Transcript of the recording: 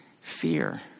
fear